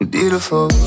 Beautiful